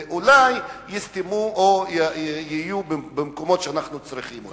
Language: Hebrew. ואולי יהיו במקומות שאנחנו צריכים אותם.